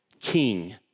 King